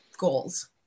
goals